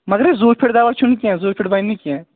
مگر یہٕزوٗفیڈ دَوا چھُنہٕ کیٚنٛہہ زوٗفیڈ بَنِنہٕ کیٚنٛہہ